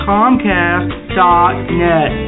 Comcast.net